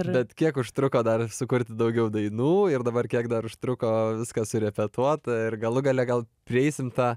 bet kiek užtruko dar sukurti daugiau dainų ir dabar kiek dar užtruko viskas surepetuot ir galų gale gal prieisim tą